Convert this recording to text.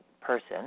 person